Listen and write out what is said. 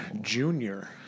Junior